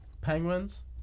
Penguins